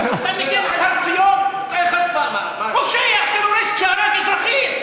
אתה מגן על הר-ציון, פושע, טרוריסט שהרג אזרחים.